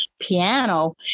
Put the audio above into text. piano